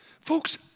Folks